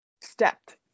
stepped